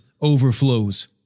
overflows